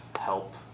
help